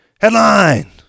Headline